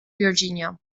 virginia